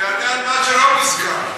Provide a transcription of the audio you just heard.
שיענה על מה שלא מוסכם.